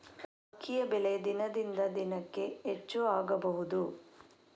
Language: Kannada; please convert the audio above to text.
ಅಕ್ಕಿಯ ಬೆಲೆ ದಿನದಿಂದ ದಿನಕೆ ಹೆಚ್ಚು ಆಗಬಹುದು?